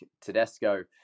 Tedesco